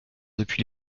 depuis